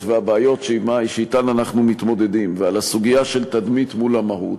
והבעיות שאתן אנחנו מתמודדים ועל הסוגיה של תדמית מול המהות.